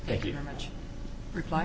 thank you very much reply